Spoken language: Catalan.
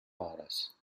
hores